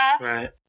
Right